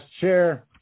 chair